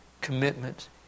commitment